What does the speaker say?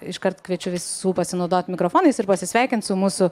iškart kviečiu visų pasinaudot mikrofonais ir pasisveikint su mūsų